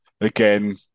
again